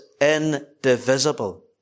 indivisible